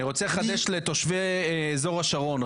אני רוצה לחדש לתושבי אזור השרון,